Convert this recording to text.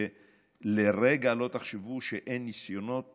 שלרגע לא תחשבו שאין ניסיונות